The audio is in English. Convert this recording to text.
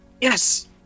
Yes